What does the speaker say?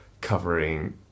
covering